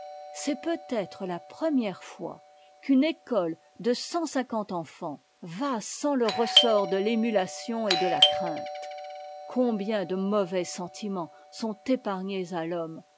c'est peut-être la première fois qu'une école de cent cinquante enfants va sans le ressort de l'émulation et de la crainte combien de mauvais sentiments sont épargnés à l'homme